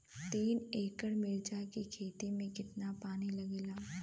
तीन एकड़ मिर्च की खेती में कितना पानी लागेला?